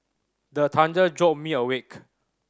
the thunder jolt me awake